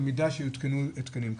במידה שיותקנו התקנים כאלה,